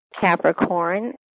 Capricorn